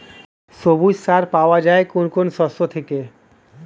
সবুজ সার পাওয়া যায় কোন কোন শস্য থেকে?